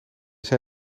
zei